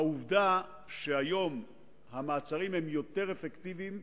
העובדה שהיום המעצרים הם יותר אפקטיביים,